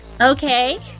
Okay